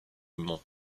mans